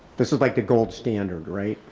this is like the gold standard, right?